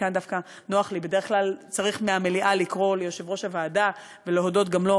בדרך כלל צריך מהמליאה לקרוא ליושב-ראש הוועדה ולהודות גם לו.